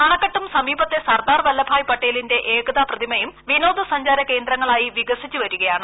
അണക്കെട്ടും സമീപത്തെ സർദാർ വല്ലഭായ് പട്ടേലിന്റെ ഏകത പ്രതിമയും വിനോദസഞ്ചാര കേന്ദ്രങ്ങളായി വികസിച്ച് വരികയാണ്